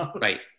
Right